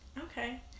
Okay